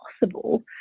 possible